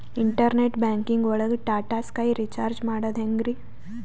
Internet banking ಒಳಗ್ Tata sky recharge ಮಾಡದ್ ಹೆಂಗ್ರೀ?